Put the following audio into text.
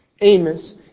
Amos